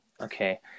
Okay